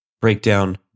breakdown